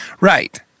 Right